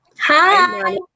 Hi